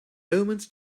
omens